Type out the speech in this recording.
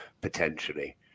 potentially